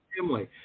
family